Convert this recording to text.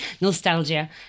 nostalgia